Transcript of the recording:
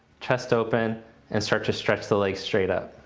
chest open and start to stretch the legs straight up.